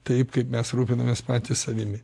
taip kaip mes rūpinamės patys savimi